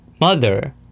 Mother